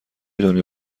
دنیا